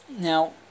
Now